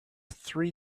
three